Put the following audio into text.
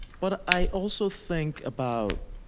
but i also think about